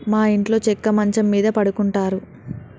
మా ఇంట్లో చెక్క మంచం మీద పడుకుంటారు